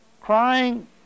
Crying